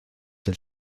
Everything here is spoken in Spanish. del